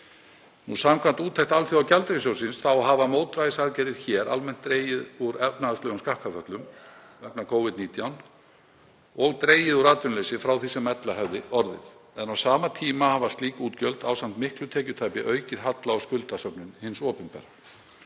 Samkvæmt úttekt Alþjóðagjaldeyrissjóðsins hafa mótvægisaðgerðir hér almennt dregið úr efnahagslegum skakkaföllum vegna Covid-19 og dregið úr atvinnuleysi frá því sem ella hefði orðið. En á sama tíma hafa slík útgjöld ásamt miklu tekjutapi aukið halla og skuldasöfnun hins opinbera.